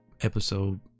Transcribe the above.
episode